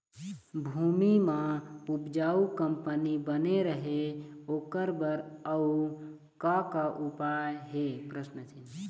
भूमि म उपजाऊ कंपनी बने रहे ओकर बर अउ का का उपाय हे?